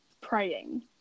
praying